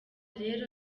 rero